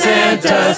Santa